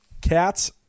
Cats